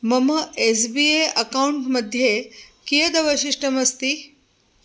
मम S B A account मध्ये कीयदवशिष्टमस्ति